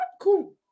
cool